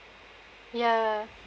ya